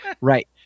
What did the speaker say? right